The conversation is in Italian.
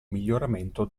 miglioramento